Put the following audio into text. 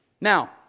Now